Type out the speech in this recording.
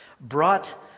brought